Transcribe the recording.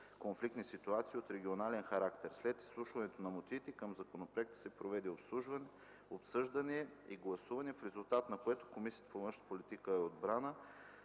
конфликтни ситуации от регионален характер. След изслушването на мотивите към законопроекта се проведе обсъждане и гласуване, в резултат на което Комисията по външна политика и отбрана